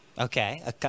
Okay